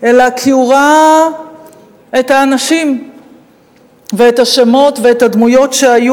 אלא כי הוא ראה את האנשים ואת השמות ואת הדמויות שהיו,